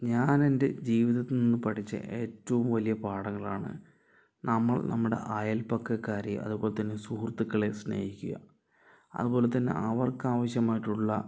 ഞാൻഎൻ്റെ ജീവിതത്തീന്ന് പഠിച്ച എറ്റവും വലിയ പാഠങ്ങളാണ് നമ്മള് നമ്മളെ അയൽപക്കകാരെയോ അതുപോൽ തന്നെ സുഹൃത്തുക്കളെ സ്നേഹിക്കുകാ അതുപോലെ തന്നെ അവർക്ക് ആവശ്യമായിട്ടുള്ള